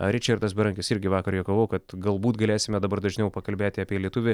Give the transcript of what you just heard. ričardas berankis irgi vakar juokavau kad galbūt galėsime dabar dažniau pakalbėti apie lietuvį